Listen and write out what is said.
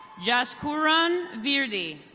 jess curoun verde.